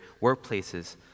workplaces